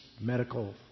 medical